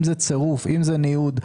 אם זה צירוף ואם זה ניוד,